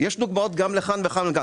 יש דוגמאות לכאן ולכאן.